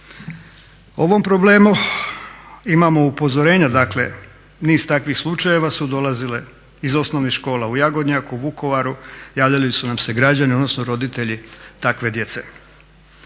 Ovom problemu imamo upozorenja dakle niz takvih slučajeva su dolazile iz osnovnih škola u Jagodnjaku, Vukovaru, javljali su nam se građani odnosno roditelji takve djece.